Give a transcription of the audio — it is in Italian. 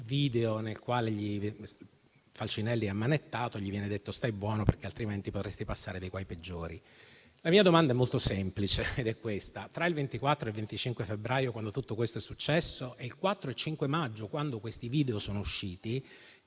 viene detto a Falcinelli ammanettato: stai buono perché altrimenti potresti passare dei guai peggiori. La mia domanda è molto semplice: tra il 24 e il 25 febbraio, quando tutto questo è successo, e il 4 e 5 maggio, quando questi video sono usciti,